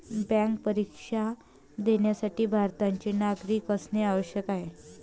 bank परीक्षा देण्यासाठी भारताचे नागरिक असणे आवश्यक आहे